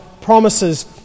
promises